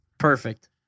perfect